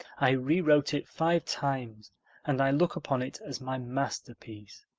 i rewrote it five times and i look upon it as my masterpiece.